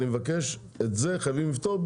אני מבקש חייבים לפתור את זה,